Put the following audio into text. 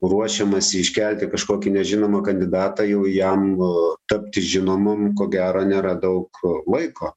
ruošiamasi iškelti kažkokį nežinomą kandidatą jau jam e tapti žinomu ko gero nėra daug laiko